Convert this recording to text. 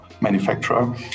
manufacturer